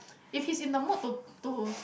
if he's in the mood to to